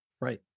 Right